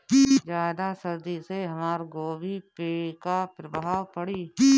ज्यादा सर्दी से हमार गोभी पे का प्रभाव पड़ी?